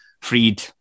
freed